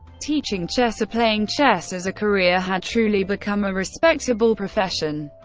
teaching chess or playing chess as a career had truly become a respectable profession.